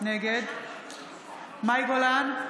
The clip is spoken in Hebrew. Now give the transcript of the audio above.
נגד מאי גולן,